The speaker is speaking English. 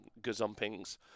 gazumpings